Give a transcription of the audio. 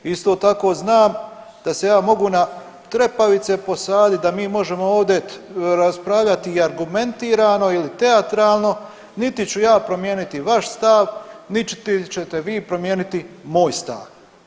Isto tako znam da se ja mogu na trepavice posadit da mi možemo ovdje raspravljat i argumentirano ili teatralno niti ću ja promijeniti vaš stav, niti ćete vi promijeniti moj stav.